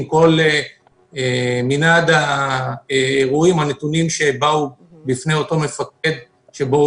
עם כל מנעד האירועים הנתונים שבאו בפני אותו מפקד כאשר הוא